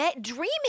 dreaming